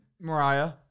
Mariah